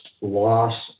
loss